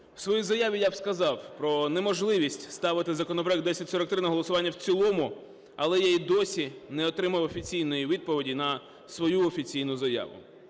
В своїй заяві я сказав про неможливість ставити законопроект 1043 на голосування в цілому, але я і досі не отримав офіційної відповіді на свою офіційну заяву.